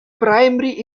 primary